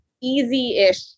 easy-ish